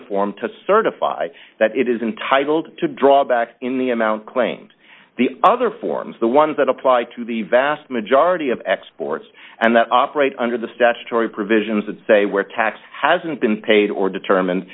the form to certify that it is entitled to draw back in the amount claimed the other forms the ones that apply to the vast majority of exports and that operate under the statutory provisions that say where tax hasn't been paid or determine